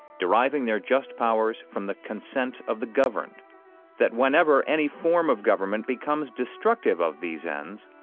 deriving their just powers from the consent of the governed that whenever any form of government becomes destructive of these ends,